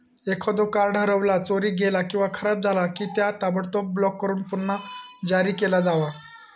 एखादो कार्ड हरवला, चोरीक गेला किंवा खराब झाला की, त्या ताबडतोब ब्लॉक करून पुन्हा जारी केला जावा